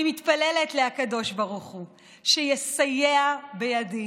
אני מתפללת לקדוש ברוך הוא שיסייע בידי